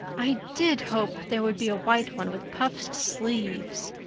i did hope there would be a white one with puffed sleeves,